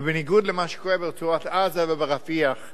ובניגוד למה שקורה ברצועת-עזה וברפיח,